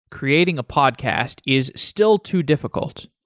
creating a podcast is still too difficult.